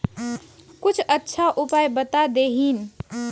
कुछ अच्छा उपाय बता देतहिन?